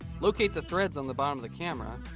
locate the threads on the bottom of the camera,